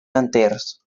enters